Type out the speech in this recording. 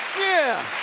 yeah.